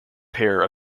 pair